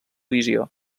visió